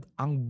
ang